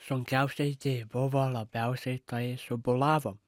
sunkiausiai tai buvo labiausiai tai su bolavom